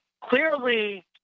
clearly